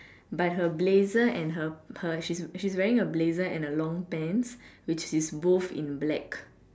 but her blazer and her her she's she's wearing a blazer and a long pants which is both in black